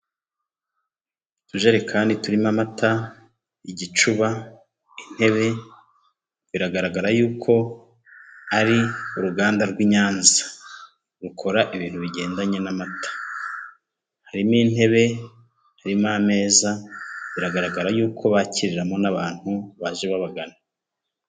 Utujerekani turimo amata, igicuba, intebe, biragaragara yuko ari uruganda rw'i Nyanza rukora ibintu bigendanye n'amata. Harimo intebe, harimo ameza, biragaragara y'uko bakiriramo n'abantu baje babagana.